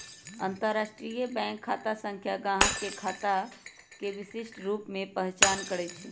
अंतरराष्ट्रीय बैंक खता संख्या गाहक के खता के विशिष्ट रूप से पहीचान करइ छै